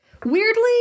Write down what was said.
Weirdly